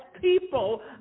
people